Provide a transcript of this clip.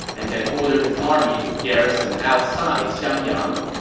and then ordered his army to garrison outside xiangyang.